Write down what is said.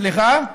סליחה?